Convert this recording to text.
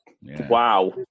Wow